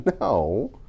No